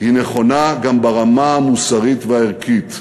היא נכונה גם ברמה המוסרית והערכית.